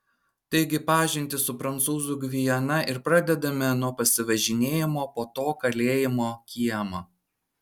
taigi pažintį su prancūzų gviana ir pradedame nuo pasivažinėjimo po to kalėjimo kiemą